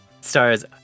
stars